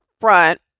front